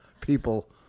people